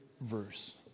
verse